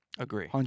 Agree